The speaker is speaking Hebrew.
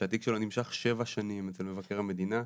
שהתיק שלו נמשך שבע שנים אצל מבקר המדינה,